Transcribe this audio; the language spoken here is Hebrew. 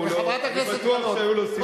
אני בטוח שהיו לו סיבות טובות,